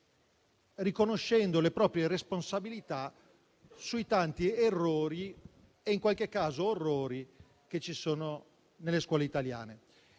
riconoscendo le proprie responsabilità sui tanti errori - in qualche caso orrori - presenti nelle scuole italiane.